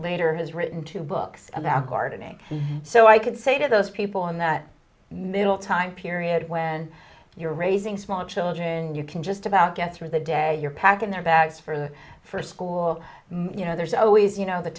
later has written two books about gardening so i could say to those people in the middle time period when you're raising small children you can just about get through the day you're packing their bags for the for school you know there's always you know the